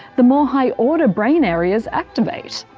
the more high-order brain areas activate.